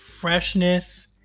freshness